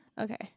Okay